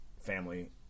family